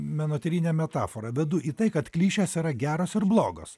menotyrinę metaforą bedu į tai kad klišės yra geros ir blogos